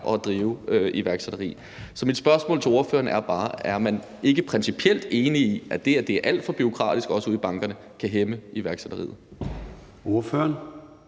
at drive iværksætteri. Så mit spørgsmål til ordføreren er bare, om ikke bare man principielt er enig i, at det her er alt for bureaukratisk, også ude i bankerne, og kan hæmme iværksætteriet. Kl.